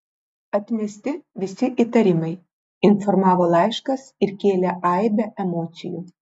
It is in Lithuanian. atmesti visi įtarimai informavo laiškas ir kėlė aibę emocijų